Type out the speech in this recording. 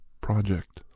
project